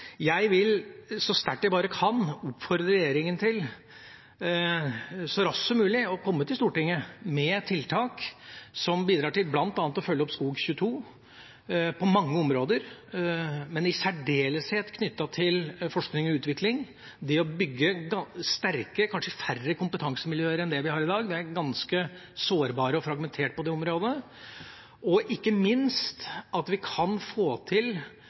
Jeg vil, så sterkt jeg bare kan, oppfordre regjeringa til så raskt som mulig å komme til Stortinget med tiltak som bidrar til bl.a. å følge opp Skog 22 på mange områder, men i særdeleshet knyttet til forskning og utvikling. Det handler om å bygge sterke, kanskje færre, kompetansemiljø enn det vi har i dag, for de er ganske sårbare og fragmenterte på det området, og ikke minst